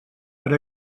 per